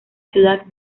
ciudad